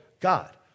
God